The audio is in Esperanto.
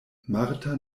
marta